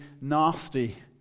nasty